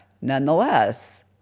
Nonetheless